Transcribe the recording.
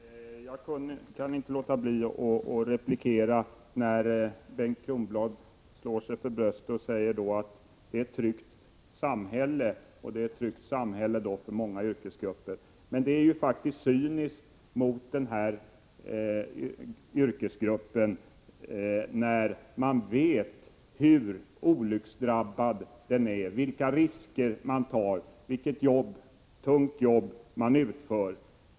Herr talman! Jag kunde inte låta bli att gå upp i replik, eftersom Bengt Kronblad slog sig för bröstet och sade att det är ett tryggt samhälle för många yrkesgrupper. Det är cyniskt gentemot den aktuella yrkesgruppen, när vi vet hur olycksdrabbad den är, vilka risker den tar och vilket tungt jobb den utför.